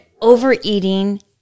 overeating